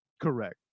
Correct